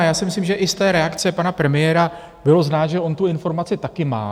Já si myslím, že i z té reakce pana premiéra bylo znát, že on tu informaci taky má.